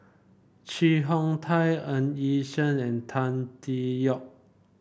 Chee Hong Tat Ng Yi Sheng and Tan Tee Yoke